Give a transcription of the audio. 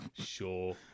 sure